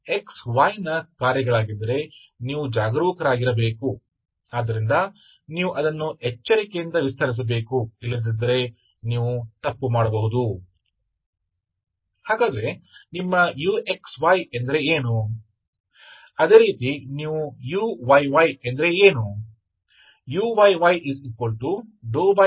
इसलिए क्योंकि आप यहां काम कर रहे हैं हम उस समीकरण के लिए हैं जो निरंतर गुणांक के साथ है इसलिए आसान दिखता है